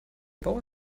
bauer